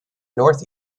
north